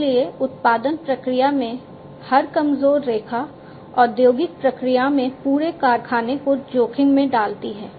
इसलिए उत्पादन प्रक्रिया में हर कमजोर रेखा औद्योगिक प्रक्रिया में पूरे कारखाने को जोखिम में डालती है